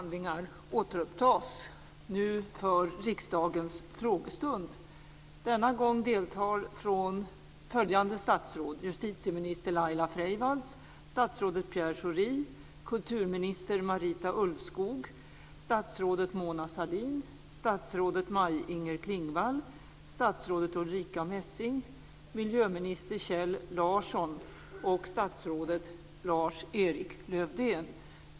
Denna gång deltar följande statsråd: justitieminister Laila Freivalds, statsrådet Pierre Schori, kulturminister Marita Ulvskog, statsrådet Mona Sahlin, statsrådet Maj-Inger Klingvall, statsrådet Ulrica Messing, miljöminister Kjell Larsson och statsrådet Lars Erik Lövdén.